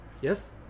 yes